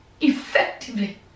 Effectively